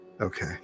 Okay